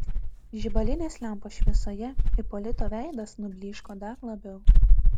žibalinės lempos šviesoje ipolito veidas nublyško dar labiau